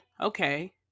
okay